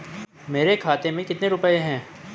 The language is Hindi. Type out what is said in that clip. मेरे खाते में कितने रुपये हैं?